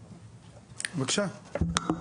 בבקשה.